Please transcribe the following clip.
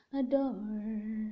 adore